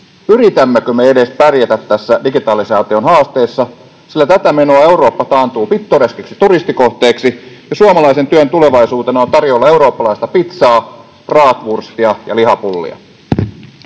yritämmekö me edes pärjätä tässä digitalisaation haasteessa? Tätä menoa Eurooppa taantuu pittoreskiksi turistikohteeksi ja suomalaisen työn tulevaisuutena on tarjoilla eurooppalaista pitsaa, bratwurstia ja lihapullia.